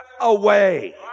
away